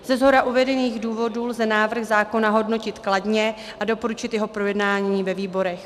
Ze shora uvedených důvodů lze návrh zákona hodnotit kladně a doporučit jeho projednání ve výborech.